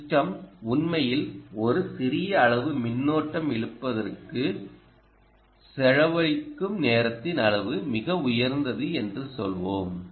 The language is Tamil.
சிஸ்டம் உண்மையில் ஒரு சிறிய அளவு மின்னோட்டம் இழுப்பதற்கு செலவழிக்கும் நேரத்தின் அளவு மிக உயர்ந்தது என்று சொல்வோம்